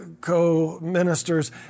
co-ministers